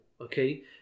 okay